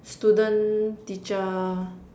student teacher